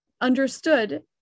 understood